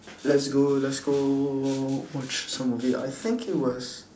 let's go let's go watch some movie I think it was